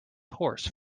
horse